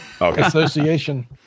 association